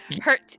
hurt